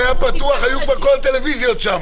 אם היה פתוח, כבר כל הטלוויזיות היו שם.